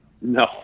No